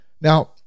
Now